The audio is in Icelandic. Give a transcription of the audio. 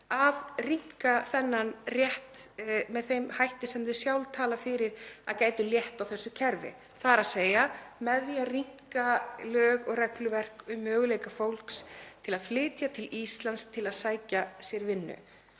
að rýmka þennan rétt með þeim hætti sem þau sjálf tala fyrir að gæti létt á þessu kerfi, þ.e. með því að rýmka lög og regluverk um möguleika fólks til að flytja til Íslands til að sækja sér vinnu.